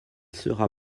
sera